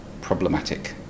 problematic